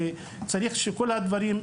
וצריך שכל הדברים,